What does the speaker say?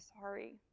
sorry